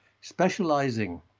specializing